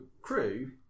crew